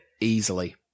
easily